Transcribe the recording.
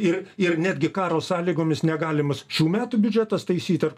ir ir netgi karo sąlygomis negalimas šių metų biudžetas taisyt ar